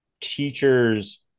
teachers